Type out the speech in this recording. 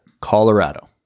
colorado